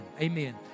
Amen